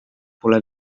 pole